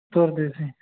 ਤੁਰਦੇ ਸੀ